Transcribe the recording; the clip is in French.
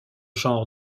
genres